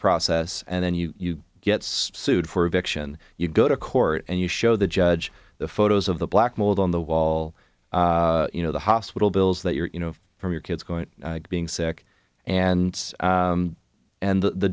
process and then you get sued for eviction you go to court and you show the judge the photos of the black mold on the wall you know the hospital bills that you're you know from your kid's going to being sick and and the